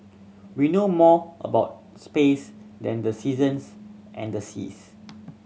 we know more about space than the seasons and the seas